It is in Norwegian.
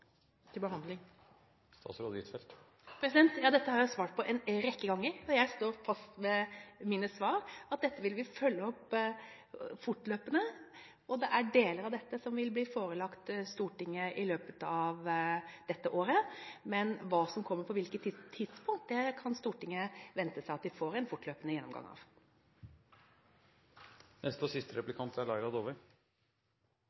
til behandling før sommerferien? Ja, dette har jeg jo svart på en rekke ganger, og jeg står fast ved mine svar, at dette vil vi følge opp fortløpende. Det er deler av dette som vil bli forelagt Stortinget i løpet av dette året, men hva som kommer på hvilket tidspunkt, kan Stortinget vente seg at de får en fortløpende gjennomgang av. Til det siste svaret fra statsråden: Betyr det at vi faktisk ikke får en helthetlig oppfølging og